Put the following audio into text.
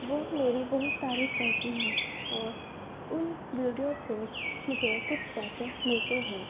وہ میری بہت تعریف کرتی ہیں اور ان ویڈیو سے مجھے کچھ پیسے ملتے ہیں